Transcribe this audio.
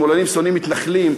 שמאלנים שונאים מתנחלים,